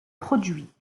produits